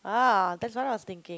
ah that's what I was thinking